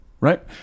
right